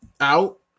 out